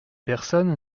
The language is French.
personne